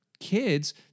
kids